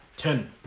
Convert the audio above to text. Ten